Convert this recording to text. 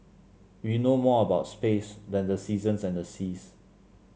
we know more about space than the seasons and the seas